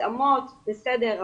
התאמות בסדר,